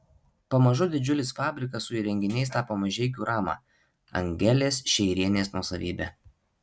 pamažu didžiulis fabrikas su įrenginiais tapo mažeikių rama angelės šeirienės nuosavybe